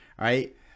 right